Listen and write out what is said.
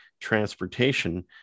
transportation